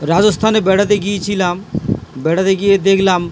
রাজস্থানে বেড়াতে গিয়েছিলাম বেড়াতে গিয়ে দেখলাম